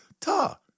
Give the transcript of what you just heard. Ta